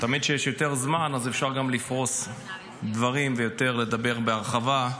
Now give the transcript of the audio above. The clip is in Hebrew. תמיד כשיש יותר זמן אפשר גם לפרוש דברים ולדבר יותר בהרחבה,